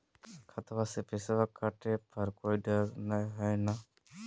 खतबा से पैसबा कटाबे पर कोइ डर नय हय ना?